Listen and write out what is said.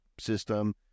system